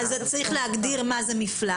בהגדרות החקיקה צריך להגדיר מה זה מפלס,